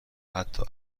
حتا